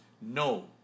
No